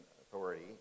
authority